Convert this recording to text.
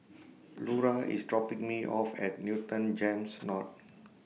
Lura IS dropping Me off At Newton Gems North